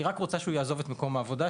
היא רק רוצה שהוא יעזוב את מקום העבודה,